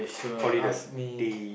call it a day